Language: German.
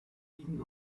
liegen